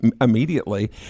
immediately